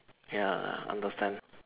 ya understand